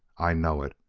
i know it.